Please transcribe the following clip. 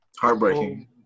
Heartbreaking